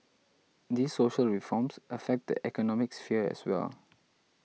these social reforms affect the economic sphere as well